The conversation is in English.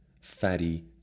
fatty